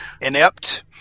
inept